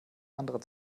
andere